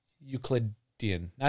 Euclidean